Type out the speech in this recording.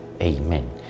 Amen